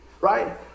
right